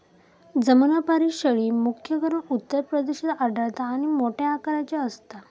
जमुनापारी शेळी, मुख्य करून उत्तर प्रदेशात आढळता आणि मोठ्या आकाराची असता